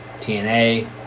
TNA